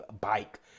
bike